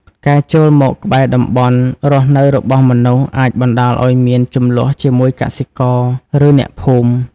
ការចូលមកក្បែរតំបន់រស់នៅរបស់មនុស្សអាចបណ្តាលឲ្យមាន ជម្លោះជាមួយកសិករ ឬអ្នកភូមិ។